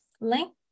link